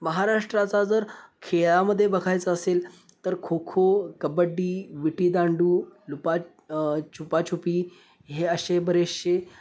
महाराष्ट्राचा जर खेळामध्ये बघायचा असेल तर खो खो कबड्डी विटीदांडू लुपा छुपाछुपी हे असे बरेचसे